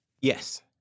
Yes